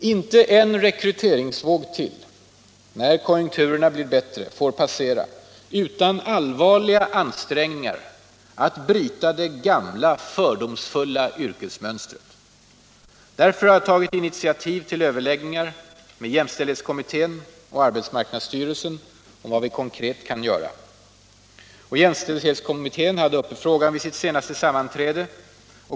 Inte en rekryteringsvåg till, när konjunkturerna blir bättre, får passera utan allvarliga ansträngningar att bryta det gamla, fördomsfyllda yrkesmönstret. Därför har jag tagit initiativ till överläggningar med jämställdhetskommittén och arbetsmarknadsstyrelsen om vad vi konkret kan göra. Jämställdhetskommittén hade uppe frågan vid sitt senaste sammanträde.